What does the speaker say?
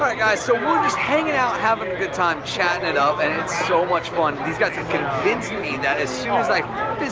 so we're just hanging out, having a good time chatting it up and it's so much fun. these guys have convinced me that, as soon as a